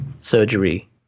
surgery